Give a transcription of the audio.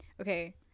Okay